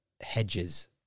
hedges